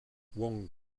wong